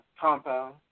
compound